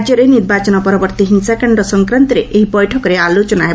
ରାଜ୍ୟରେ ନିର୍ବାଚନ ପରବର୍ତ୍ତୀ ହିଂସାକାଣ୍ଡ ସଂକ୍ରାନ୍ତରେ ଏହି ବୈଠକରେ ଆଲୋଚନା ହେବ